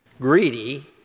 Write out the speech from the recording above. greedy